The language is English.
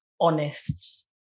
honest